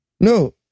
No